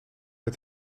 met